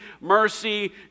mercy